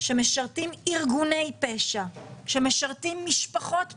שמשרת ארגוני פשע ומשפחות פשע,